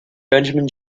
benjamin